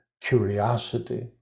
curiosity